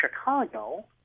Chicago